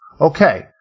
Okay